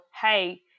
hey